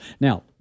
Now